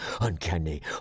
uncanny